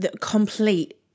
Complete